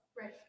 Right